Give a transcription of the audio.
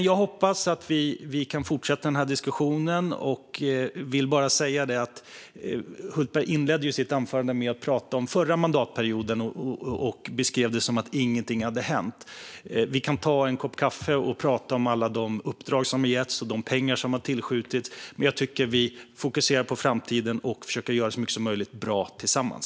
Jag hoppas att vi kan fortsätta den här diskussionen. Hultberg inledde sitt huvudanförande med att prata om den förra mandatperioden och beskrev det som att ingenting hade hänt. Vi kan ta en kopp kaffe och prata om alla de uppdrag som getts och de pengar som tillskjutits, men jag tycker att vi fokuserar på framtiden och försöker göra så mycket bra som möjligt tillsammans.